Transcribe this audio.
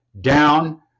down